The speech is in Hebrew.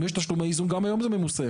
יש תשלומי איזון, גם היום זה מחויב במס.